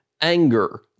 anger